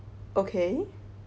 okay